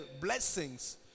blessings